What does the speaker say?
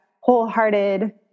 wholehearted